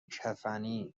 کفنی